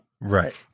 Right